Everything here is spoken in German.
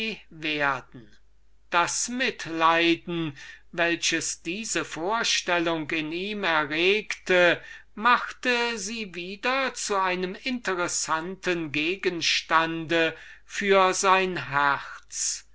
werden das mitleiden welches diese vorstellung in ihm erregte machte sie wieder zu einem interessanten gegenstand für sein herz